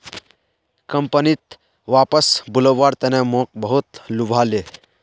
कंपनीत वापस बुलव्वार तने मोक बहुत लुभाले